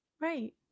Right